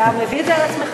אתה מביא את זה על עצמך.